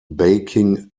baking